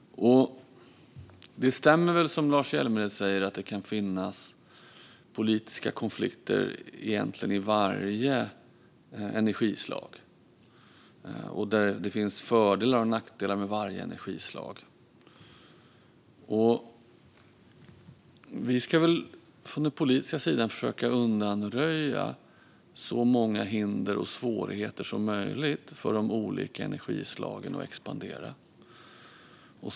Det stämmer nog, som Lars Hjälmered säger, att det egentligen kan finnas politiska konflikter när det gäller varje energislag. Och det finns fördelar och nackdelar med varje energislag. Vi från den politiska sidan ska försöka undanröja så många hinder och svårigheter som möjligt för de olika energislagen att expandera.